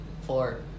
four